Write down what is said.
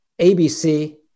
ABC